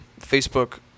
Facebook